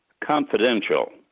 Confidential